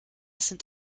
sind